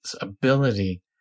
ability